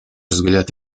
взгляд